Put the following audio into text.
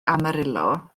amarillo